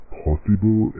possible